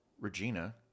Regina